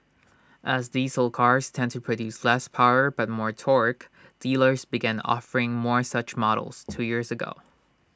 as diesel cars tend to produce less power but more torque dealers began offering more such models two years ago